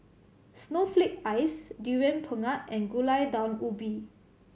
snowflake ice Durian Pengat and Gulai Daun Ubi